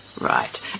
Right